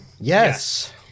Yes